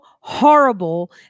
horrible